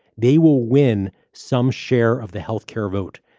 they will win some share of the health care vote.